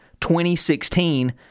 2016